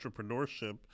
entrepreneurship